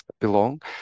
belong